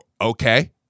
Okay